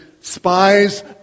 spies